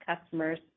customers